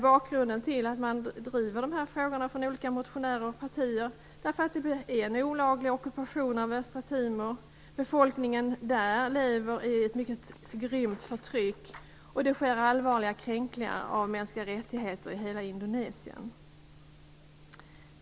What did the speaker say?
Bakgrunden till att dessa frågor drivs av olika motionärer och partier är att det pågår en olaglig ockupation av östra Timor. Befolkningen där lever i ett mycket grymt förtryck, och det sker allvarliga kränkningar av mänskliga rättigheter i hela Indonesien.